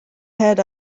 had